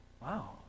wow